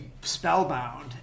spellbound